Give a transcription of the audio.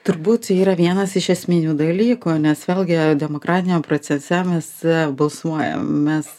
turbūt yra vienas iš esminių dalykų nes vėlgi demokratiniam procese mes balsuojam mes